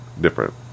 different